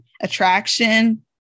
attraction